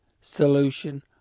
solution